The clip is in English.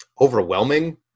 overwhelming